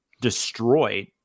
destroyed